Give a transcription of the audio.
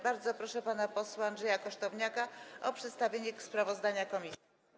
Bardzo proszę pana posła Andrzeja Kosztowniaka o przedstawienie sprawozdania komisji.